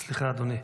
סליחה, אדוני.